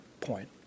point